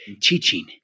teaching